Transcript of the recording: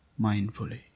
mindfully